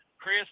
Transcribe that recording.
Chris